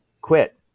Quit